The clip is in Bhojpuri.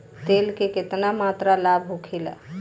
तेल के केतना मात्रा लाभ होखेला?